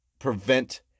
prevent